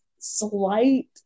slight